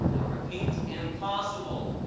i'll repeat, impossible,